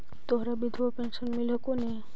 तोहरा विधवा पेन्शन मिलहको ने?